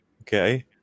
okay